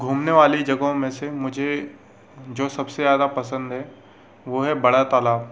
घूमने वाली जगहों में से मुझे जो सबसे ज़्यादा पसंद है वह है बड़ा तालाब